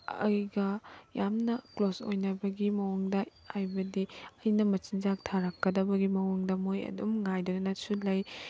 ꯑꯩꯒ ꯌꯥꯝꯅ ꯀ꯭ꯂꯣꯁ ꯑꯣꯏꯅꯕꯒꯤ ꯃꯑꯣꯡꯗ ꯍꯥꯏꯕꯗꯤ ꯑꯩꯅ ꯃꯆꯤꯟꯖꯥꯛ ꯊꯥꯔꯛꯀꯗꯕꯒꯤ ꯃꯑꯣꯡꯗ ꯃꯣꯏ ꯑꯗꯨꯝ ꯉꯥꯏꯗꯨꯅꯁꯨ ꯂꯩ